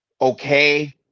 okay